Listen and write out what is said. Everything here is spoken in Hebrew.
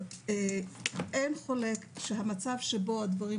האם באמת את באמת --- את 80 העמודים שבהצעה?